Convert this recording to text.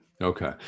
okay